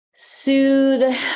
soothe